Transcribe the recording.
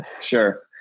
Sure